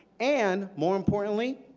and more importantly,